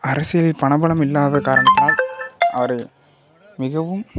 அரசியலில் பண பலம் இல்லாத காரணத்தினால் அவர் மிகவும்